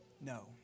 no